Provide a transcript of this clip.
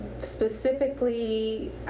specifically